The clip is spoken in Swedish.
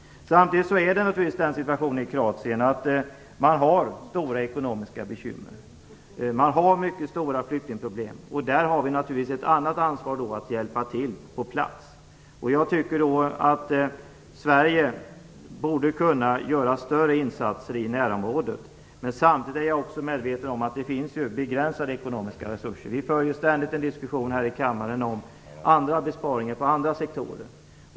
Samtidigt är situationen naturligtvis den i Kroatien att de har stora ekonomiska bekymmer. De har mycket stora flyktingproblem. Där har vi naturligtvis ett annat ansvar att hjälpa till på plats. Jag tycker att Sverige borde kunna göra större insatser i närområdet. Men jag är samtidigt medveten om att det finns begränsade ekonomiska resurser. Vi för ju ständigt en diskussion här i kammaren om andra besparingar på andra sektorer.